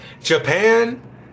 Japan